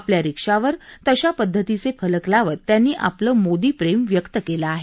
आपल्या रिक्षावर तश्या पद्धतीचे फलक लावत त्यांनी आपलं मोदी प्रेम व्यक्त केलं आहे